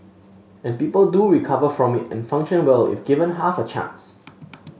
and people do recover from it and function well if given half a chance